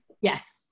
yes